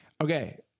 Okay